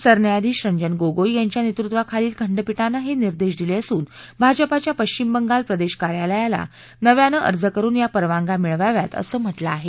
सरन्यायाधीश रजन गोगोई यांच्या नेतृत्वाखालील खंडपीठानं हे निर्देश दिले असून भाजपाच्या पश्चिम बंगाल प्रदेश कार्यालयाला नव्याने अर्ज करुन या परवानग्या मिळवाव्यात असं म्हटलं आहे